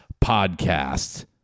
podcast